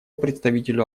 представителю